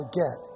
get